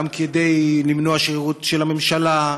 גם כדי למנוע שרירות של הממשלה,